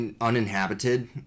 uninhabited